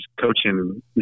coaching